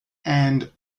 and